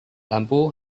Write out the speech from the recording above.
lampu